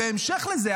בהמשך לזה,